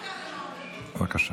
בבקשה.